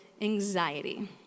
anxiety